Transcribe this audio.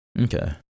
Okay